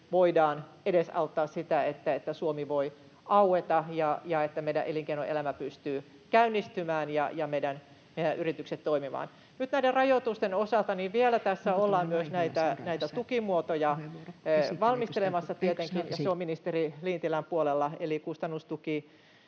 voidaan edesauttaa sitä, että Suomi voi aueta ja että meidän elinkeinoelämämme pystyy käynnistymään ja meidän yrityksemme toimimaan. Nyt näiden rajoitusten osalta tässä vielä ollaan myös näitä tukimuotoja valmistelemassa tietenkin, ja se on ministeri Lintilän puolella, eli kustannustukijatkoa